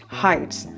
heights